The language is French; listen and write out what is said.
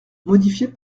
modifié